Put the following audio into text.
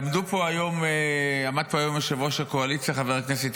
עמדו פה היום ראש האופוזיציה חבר הכנסת